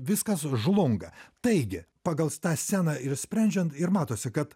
viskas žlunga taigi pagal tą sceną ir sprendžiant ir matosi kad